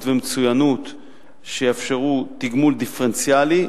ומצוינות שיאפשרו תגמול דיפרנציאלי,